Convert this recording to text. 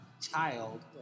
child